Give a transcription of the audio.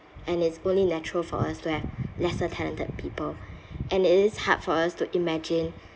and it's only natural for us to have lesser talented people and it is hard for us to imagine